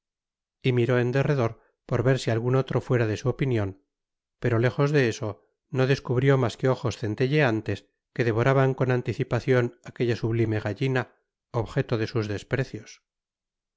miró en derredor por ver si algun otro fuera de su opinion pero lejos de eso no descubrió mas que ojos centelleantes que devoraban con anticipacion aquella sublime gallina objeto de sus desprecios